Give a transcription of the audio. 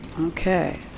Okay